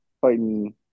fighting